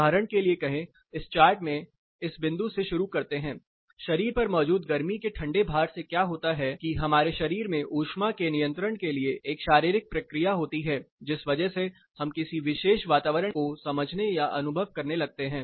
उदाहरण के लिए कहें इस चार्ट में इस बिंदु से शुरू करते हैं शरीर पर मौजूद गर्मी के ठंडे भार से क्या होता है कि हमारे शरीर में ऊष्मा के नियंत्रण के लिए एक शारीरिक प्रक्रिया होती है जिस वजह से हम किसी विशेष वातावरण को समझने या अनुभव करने लगते हैं